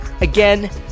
Again